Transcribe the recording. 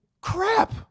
crap